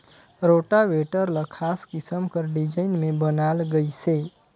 rotavator ल खास किसम कर डिजईन में बनाल गइसे